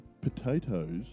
potatoes